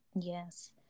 yes